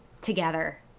together